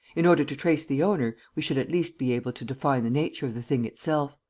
in order to trace the owner, we should at least be able to define the nature of the thing itself.